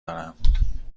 دارم